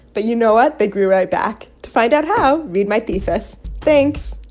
but you know what? they grew right back. to find out how, read my thesis. thanks